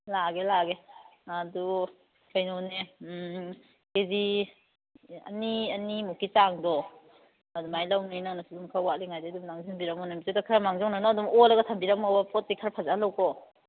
ꯂꯥꯛꯑꯒꯦ ꯂꯥꯛꯑꯒꯦ ꯑꯗꯣ ꯀꯩꯅꯣꯅꯦ ꯀꯦꯖꯤ ꯑꯅꯤ ꯑꯅꯤꯃꯨꯛꯀꯤ ꯆꯥꯡꯗꯣ ꯑꯗꯨꯃꯥꯏꯅ ꯂꯧꯕꯅꯤꯅ ꯅꯪꯅꯁꯨ ꯑꯗꯨꯝ ꯈꯔ ꯋꯥꯠꯂꯤꯉꯩꯗꯩ ꯑꯗꯨꯝ ꯂꯥꯡꯖꯤꯟꯕꯤꯔꯝꯃꯣ ꯅꯨꯃꯤꯠꯇꯨꯗ ꯈꯔ ꯃꯥꯡꯖꯧꯅꯅ ꯑꯗꯨꯝ ꯑꯣꯜꯂꯒ ꯊꯝꯕꯤꯔꯝꯃꯣꯕ ꯄꯣꯠꯇꯤ ꯈꯔ ꯐꯖꯍꯜꯂꯛꯎꯀꯣ